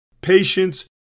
patience